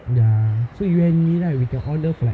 ya so you and me right we can order like